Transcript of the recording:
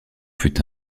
fut